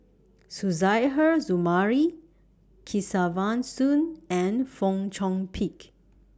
Suzairhe Sumari Kesavan Soon and Fong Chong Pik